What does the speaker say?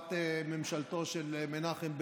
בתקופת ממשלתו של מנחם בגין,